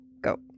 go